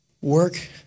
work